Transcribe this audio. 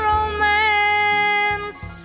Romance